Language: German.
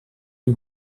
dem